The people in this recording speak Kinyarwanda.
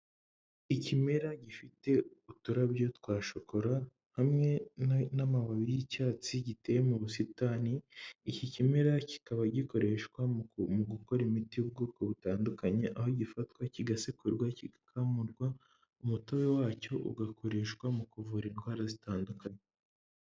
Ikimera gifite uturabyo twa shokora hamwe n'amababi y'icyatsi giteye mu busitani, iki kimera kikaba gikoreshwa mu gukora imiti y'ubwoko butandukanye aho gifatwa kigasekurwa kigakamurwa umutobe wacyo ugakoreshwa mu kuvura indwara zitandukanye.